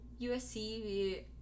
USC